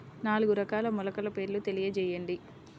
నాలుగు రకాల మొలకల పేర్లు తెలియజేయండి?